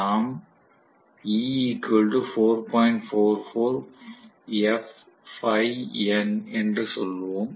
நாம் என்று சொல்வோம்